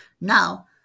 Now